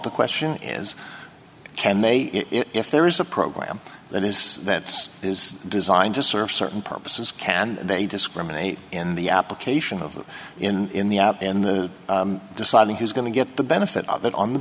the question is can they if there is a program that is that's is designed to serve certain purposes can they discriminate in the application of in in the up in the deciding who's going to get the benefit of that on the